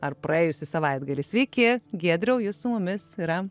ar praėjusį savaitgalį sveiki giedriaus mumis yra